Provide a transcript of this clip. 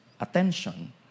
attention